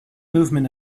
movement